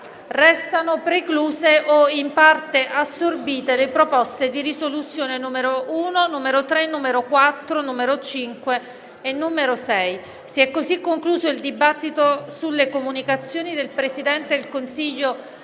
pertanto precluse o in parte assorbite le proposte di risoluzione nn. 1, 3, 4, 5 e 6. Si è così concluso il dibattito sulle comunicazioni del Presidente del Consiglio